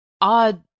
odd